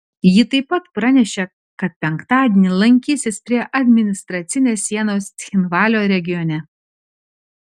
ji taip pat pranešė kad penktadienį lankysis prie administracinės sienos cchinvalio regione